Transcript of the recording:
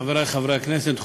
חברי חברי הכנסת,